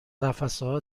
قفسهها